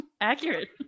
Accurate